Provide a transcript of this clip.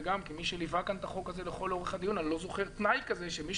וגם כמי שליווה כאן את החוק הזה לכל אורך הדיון אני לא זוכר תנאי כזה שמי